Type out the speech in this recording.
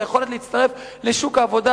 היכולת להצטרף לשוק העבודה?